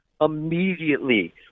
immediately